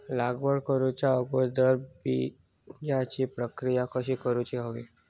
लागवड करूच्या अगोदर बिजाची प्रकिया कशी करून हवी?